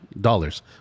Dollars